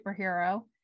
superhero